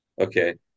Okay